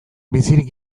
bizirik